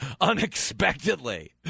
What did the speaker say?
unexpectedly